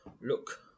look